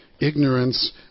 ignorance